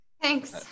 Thanks